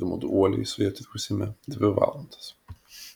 ir mudu uoliai su ja triūsėme dvi valandas